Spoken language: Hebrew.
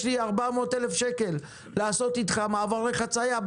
לי 400,000 שקל לעשות אתך מעברי חציה,